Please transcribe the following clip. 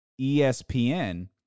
ESPN